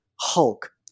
hulk